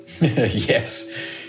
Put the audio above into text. Yes